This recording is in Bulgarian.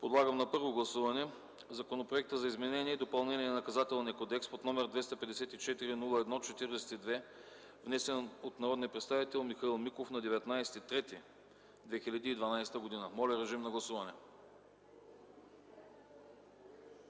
Подлагам на първо гласуване Законопроекта за изменение и допълнение на Наказателния кодекс под № 254-01-42, внесен от народния представител Михаил Миков на 19 март 2012 г. Гласували